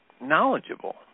knowledgeable